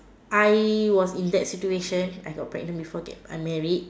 I was in that situation I got pregnant before get get married